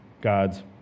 God's